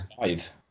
Five